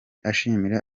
ashimira